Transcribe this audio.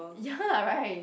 ya right